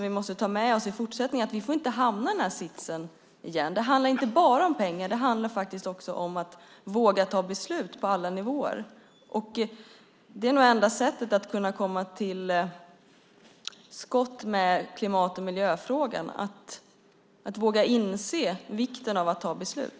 Vi måste ta med oss i fortsättningen att vi inte får hamna i den här sitsen igen. Det handlar inte bara om pengar. Det handlar faktiskt om att våga fatta beslut på alla nivåer. Det är nog enda sättet att komma till skott med klimat och miljöfrågan, nämligen genom att våga inse vikten av att fatta beslut.